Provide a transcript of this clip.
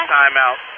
timeout